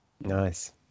Nice